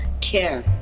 care